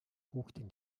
хүүхдийн